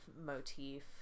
motif